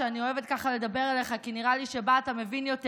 שאני אוהבת לדבר אליך בה כי נראה לי שבה אתה מבין יותר,